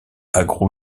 agro